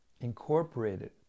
incorporated